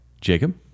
Jacob